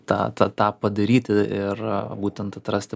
tą tą tą padaryti ir būtent atrasti